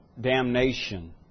damnation